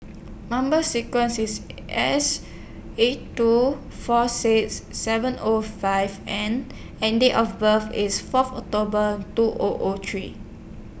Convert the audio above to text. Number sequence IS S eight two four six seven O five N and Date of birth IS Fourth October two O O three